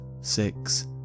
six